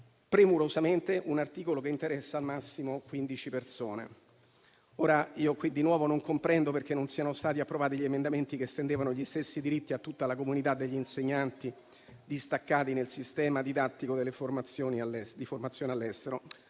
premurosamente un articolo che interessa al massimo 15 persone. Ora, qui non comprendo di nuovo perché non siano stati approvati gli emendamenti che estendevano gli stessi diritti a tutta la comunità degli insegnanti distaccati nel sistema didattico di formazione all'estero.